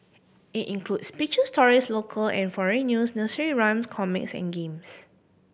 it includes picture stories local and foreign news nursery rhymes comics and games